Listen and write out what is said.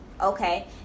okay